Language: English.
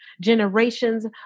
generations